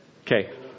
Okay